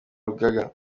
rugaga